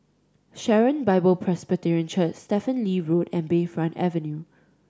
Sharon Bible Presbyterian Church Stephen Lee Road and Bayfront Avenue